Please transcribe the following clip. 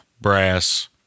Brass